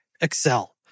Excel